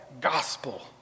gospel